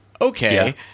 okay